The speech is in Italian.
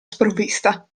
sprovvista